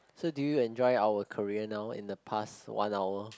so do you enjoy our career now in the past one hour